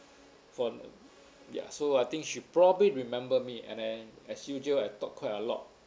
for ya so I think she'll probably remember me and then as usual I talk quite a lot